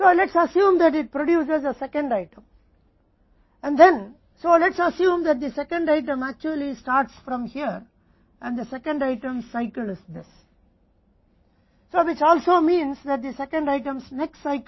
तो मान लेते हैं कि यह 2nd आइटम बनाता है और फिर हमें यह मानकर चलता है कि 2nd आइटम वास्तव में यहां से शुरू होता है और 2nd आइटम चक्र यह है इसलिए इसका अर्थ यह भी है कि अगले चक्र का 2nd आइटम ऐसा होगा